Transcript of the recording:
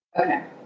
okay